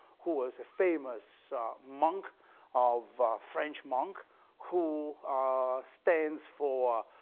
who was a famous monk of french monk who stands for